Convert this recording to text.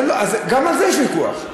גם על זה יש ויכוח.